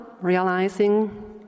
realizing